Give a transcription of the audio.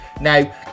Now